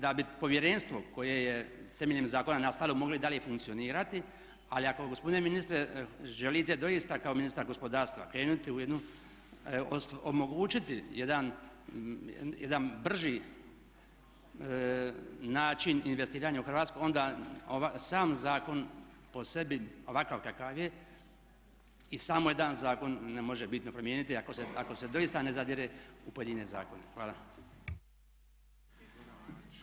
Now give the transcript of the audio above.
Da bi povjerenstvo koje je temeljem zakona nastalo moglo i dalje funkcionirati, ali ako gospodine ministre želite doista kao ministar gospodarstva krenuti u jednu, omogućiti jedan brži način investiranja u Hrvatsku, onda ovaj sam zakon po sebi ovakav kakav je i samo jedan zakon ne može bitno promijeniti ako se doista ne zadire u pojedine zakone.